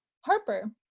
Harper